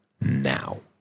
now